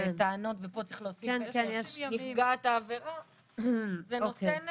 כן יש -- זה נותן איזה,